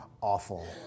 awful